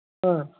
ꯑꯥ